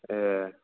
ए